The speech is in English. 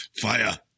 fire